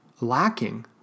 lacking